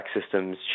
systems